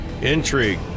intrigue